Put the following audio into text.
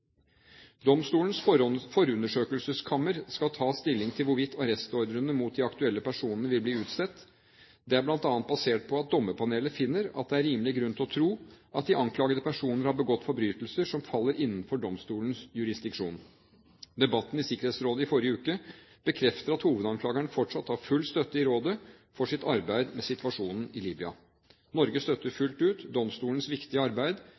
Domstolens forundersøkelseskammer skal ta stilling til hvorvidt arrestordrene mot de aktuelle personene vil bli utstedt. Det er bl.a. basert på at dommerpanelet finner at det er rimelig grunn til å tro at de anklagede personene har begått forbrytelser som faller innenfor domstolens jurisdiksjon. Debatten i Sikkerhetsrådet i forrige uke bekrefter at hovedanklageren fortsatt har full støtte i rådet for sitt arbeid med situasjonen i Libya. Norge støtter fullt ut domstolens viktige arbeid